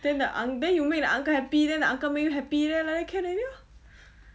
then the unc~ uncle then you make the uncle happy then the uncle make you happy then like that can already lor